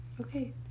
Okay